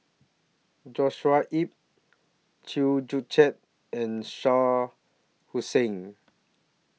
Joshua Ip Chew Joo Chiat and Shah Hussain